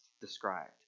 described